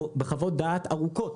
בחוות דעת ארוכות